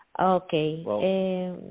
Okay